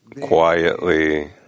quietly